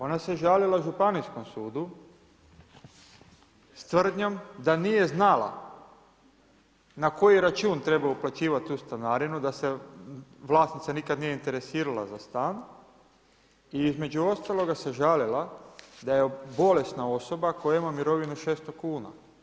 Ona se žalila Županijskom sudu sa tvrdnjom da nije znala na koji račun treba uplaćivati tu stanarinu, da se vlasnica nikada nije interesirala za stan i između ostaloga se žalila da je bolesna osoba koja ima mirovinu 600 kuna.